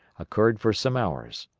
occurred for some hours.